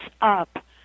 up